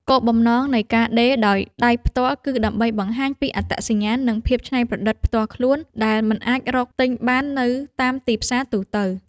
គោលបំណងនៃការដេរដោយដៃផ្ទាល់គឺដើម្បីបង្ហាញពីអត្តសញ្ញាណ និងភាពច្នៃប្រឌិតផ្ទាល់ខ្លួនដែលមិនអាចរកទិញបាននៅតាមទីផ្សារទូទៅ។